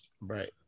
Right